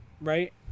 right